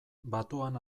batuan